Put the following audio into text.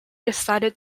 decided